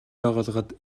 байгууллагад